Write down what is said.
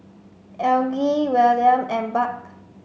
Algie Wiliam and Buck